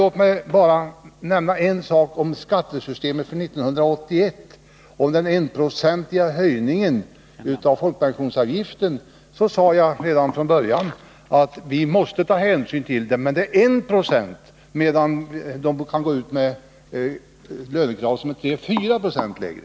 Låt mig bara nämna en sak. Jag sade redan från början om skattesystemet för 1981 att vi måste ta hänsyn till den enprocentiga höjningen av folkpensionsavgiften. Men det gäller ändå bara 1 96, medan man kan gå ut med lönekrav som är 3 å 4 9 lägre.